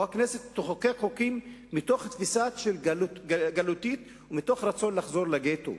או הכנסת תחוקק חוקים מתוך תפיסה גלותית ומתוך רצון לחזור לגטו,